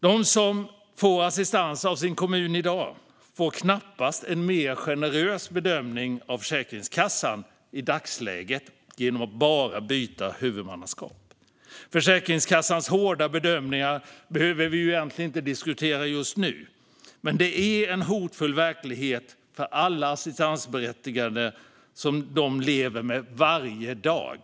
De som får assistans av sin kommun i dag får knappast en mer generös bedömning av Försäkringskassan bara genom att huvudmannaskapet byts. Försäkringskassans hårda bedömningar behöver vi egentligen inte diskutera just nu. Men det är en hotfull verklighet som alla assistansberättigade lever med varje dag.